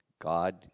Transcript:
God